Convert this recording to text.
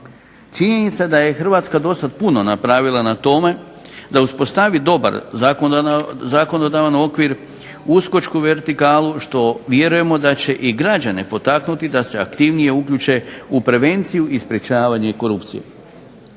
Činjenica je da je Hrvatska puno napravila na tome da uspostavi dobar zakonodavan okvir, uskočku vertikalu što vjerujemo da će i građane potaknuti da se aktivnije uključe u prevenciju i sprečavanje korupcije.